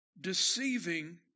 deceiving